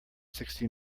sixty